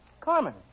Carmen